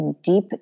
deep